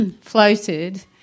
floated